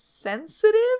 sensitive